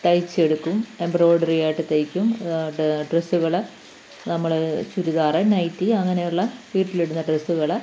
തയ്ച്ച് എടുക്കും എംബ്രോയ്ഡറി ആയിട്ട് തയ്ക്കും ഡ്രെസ്സുകൾ നമ്മൾ ചുരിദാറ് നൈറ്റി അങ്ങനെയുള്ള വീട്ടിൽ ഇടുന്ന ഡ്രെസ്സുകൾ